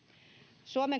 suomen